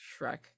shrek